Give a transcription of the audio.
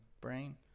brain